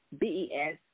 B-E-S